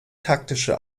taktische